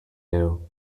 new